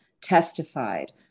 testified